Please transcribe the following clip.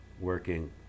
working